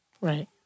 Right